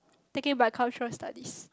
taking bicultural studies